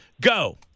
Go